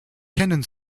kennen